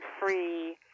free